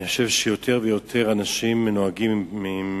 אני חושב שיותר ויותר אנשים נוהגים ברכב עם